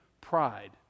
Pride